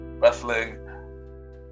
wrestling